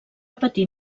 patir